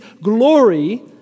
glory